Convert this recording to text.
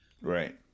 Right